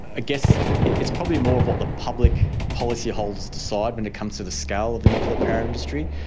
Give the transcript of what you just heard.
ah guess it's probably more of what the public policyholders decide when it comes to the scale of the nuclear power industry.